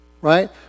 Right